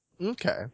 okay